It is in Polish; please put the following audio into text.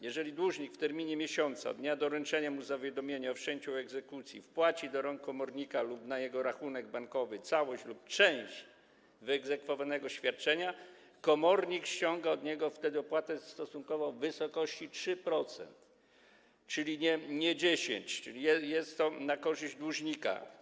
Jeżeli dłużnik w terminie miesiąca od dnia doręczenia mu zawiadomienia o wszczęciu egzekucji wpłaci do rąk komornika lub na jego rachunek bankowy całość lub część wyegzekwowanego świadczenia, komornik ściąga od niego wtedy opłatę stosunkową w wysokości 3%, a nie 10%, czyli jest to na korzyść dłużnika.